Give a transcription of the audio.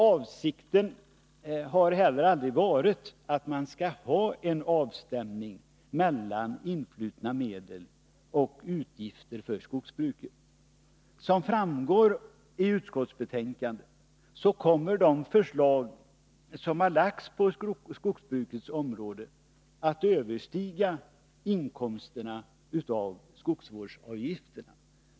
Avsikten har heller aldrig varit att det skall vara en avstämning mellan influtna medel och utgifter för skogsbruket. Som framgår i utskottsbetänkandet skulle enligt de förslag som här lagts fram på skogsbrukets område utgifterna överstiga inkomsterna av skogsvårdsavgifterna.